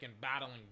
battling